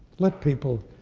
let people,